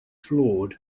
flawed